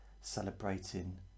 celebrating